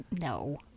No